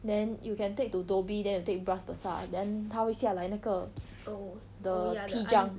then you can take to dhoby then you take bras basah then 它会下来那个 the T junc